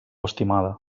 estimada